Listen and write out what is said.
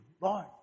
Lord